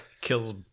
Kills